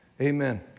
Amen